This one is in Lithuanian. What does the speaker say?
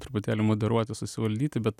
truputėlį moderuoti susivaldyti bet